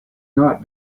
not